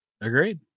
Agreed